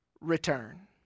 return